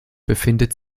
befindet